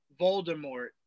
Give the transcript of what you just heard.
Voldemort